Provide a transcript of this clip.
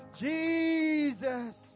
Jesus